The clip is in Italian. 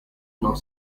non